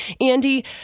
Andy